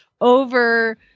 over